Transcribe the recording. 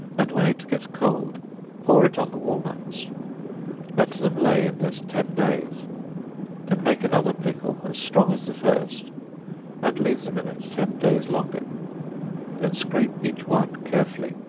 and when it gets cold pour it on the walnuts let them lay in this ten days then make another pickle as strong as the first and leave them in it ten days longer then scrape each one carefully,